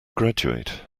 graduate